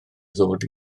ddod